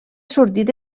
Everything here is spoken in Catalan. sortit